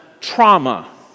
trauma